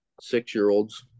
six-year-olds